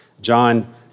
John